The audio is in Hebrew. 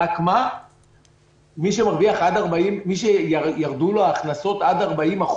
רק שמי שירדו לו המחזורים עד 40%,